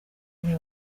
muri